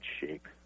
shape